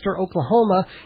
Oklahoma